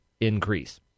increase